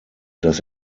das